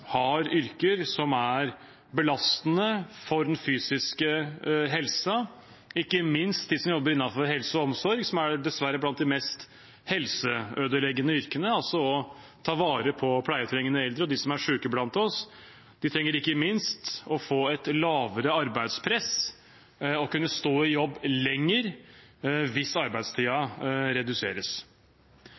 har yrker som er belastende for den fysiske helsen, ikke minst de som jobber innenfor helse og omsorg, som dessverre er blant de mest helseødeleggende yrkene, altså å ta vare på pleietrengende eldre og dem som er syke blant oss. De trenger ikke minst å få et lavere arbeidspress og å kunne stå i jobb lenger hvis arbeidstiden reduseres.